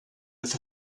with